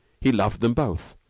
he loved them both.